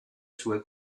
sue